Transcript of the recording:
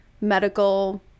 medical